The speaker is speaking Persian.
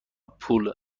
پول